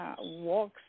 walks